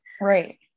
right